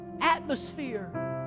atmosphere